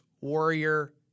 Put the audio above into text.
warrior